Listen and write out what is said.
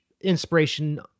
inspiration